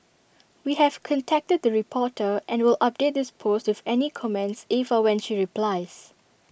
we have contacted the reporter and will update this post with any comments if or when she replies